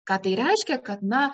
ką tai reiškia kad na